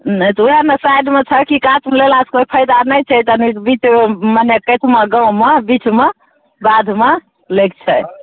नहि तऽ ओएह ने साइडमे छै कि कातमे लेलासँ कोइ फायदा नहि छै कनि बीच मने गाँवमे बीचमे बाधमे लैके छै